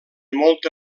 molta